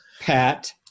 Pat